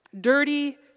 Dirty